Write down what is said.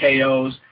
KOs